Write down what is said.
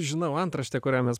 žinau antraštę kurią mes